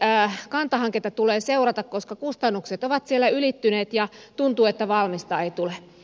kanta hanketta tulee seurata koska kustannukset ovat siellä ylittyneet ja tuntuu että valmista ei tule